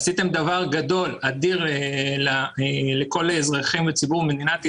עשיתם דבר גדול ואדיר עבור כל ציבור האזרחים במדינת ישראל,